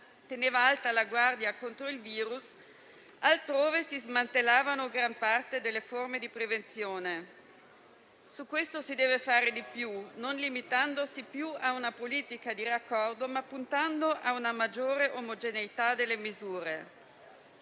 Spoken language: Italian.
teneva alta la guardia contro il virus, altrove si smantellava gran parte delle forme di prevenzione. Su questo si deve fare di più, non limitandosi più a una politica di raccordo, ma puntando a una maggiore omogeneità delle misure.